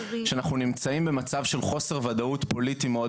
שאנחנו נמצאים במצב של חוסר ודאות פוליטי מאוד